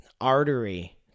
artery